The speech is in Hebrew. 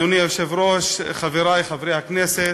אדוני היושב-ראש, חברי חברי הכנסת,